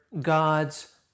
God's